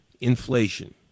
inflation